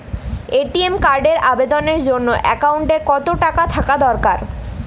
ATM কার্ডের আবেদনের জন্য অ্যাকাউন্টে কতো টাকা থাকা দরকার?